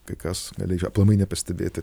kai kas gali aplamai nepastebėti